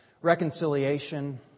reconciliation